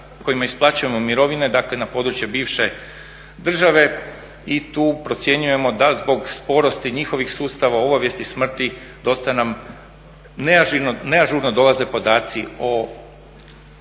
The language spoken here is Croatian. kojima isplaćujemo mirovine, dakle na područje bivše države i tu procjenjujemo da zbog sporosti njihovih sustava obavijesti smrti dostave nam, neažurno dolaze podaci o